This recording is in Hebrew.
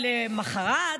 אבל למוחרת,